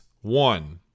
one